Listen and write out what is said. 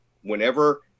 whenever